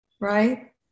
right